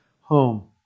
home